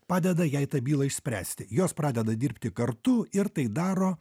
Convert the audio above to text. padeda jai tą bylą išspręsti jos pradeda dirbti kartu ir tai daro